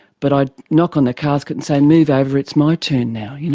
but i'd knock on the casket and say, move over, it's my turn now. you know